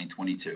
2022